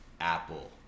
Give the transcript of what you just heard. apple